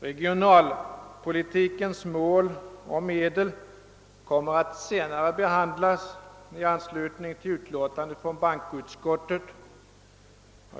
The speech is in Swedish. Regionalpolitikens mål och medel kommer att senare behandlas i anslutning till utlåtande från bankoutskottet.